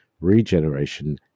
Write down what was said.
Regeneration